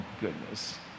goodness